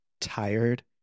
tired